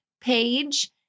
page